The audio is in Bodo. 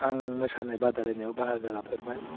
आं मोसानाय बादायलायनायाव बाहागो लाफेरबाय